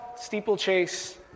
Steeplechase